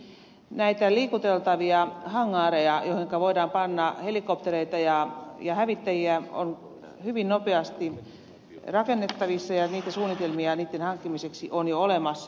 esimerkiksi liikuteltavat hangaarit joihin voidaan panna helikoptereita ja hävittäjiä ovat hyvin nopeasti rakennettavissa ja suunnitelmia niiden hankkimiseksi on jo olemassa